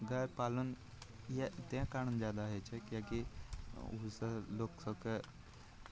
गाइ पालन ताहि कारण जादा होइ छै किएकि ओहिसे लोक सभकेँ